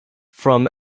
from